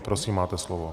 Prosím, máte slovo.